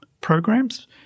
programs